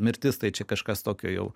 mirtis tai čia kažkas tokio jau